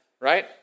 right